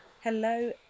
Hello